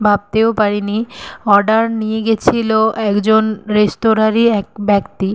ভাবতেও পারিনি অর্ডার নিয়ে গিয়েছিল একজন রেস্তোরাঁরই এক ব্যক্তি